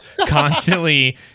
constantly